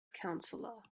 counselor